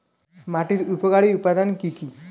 মাটির উপকারী উপাদান কি কি?